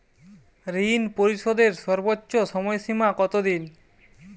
ঋণ পরিশোধের সর্বোচ্চ সময় সীমা কত দিন?